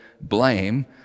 blame